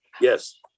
Yes